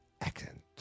accent